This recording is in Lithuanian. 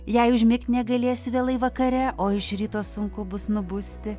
jei užmigt negalėsiu vėlai vakare o iš ryto sunku bus nubusti